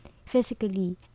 physically